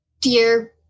dear